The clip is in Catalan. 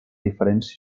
diferents